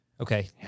Okay